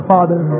Father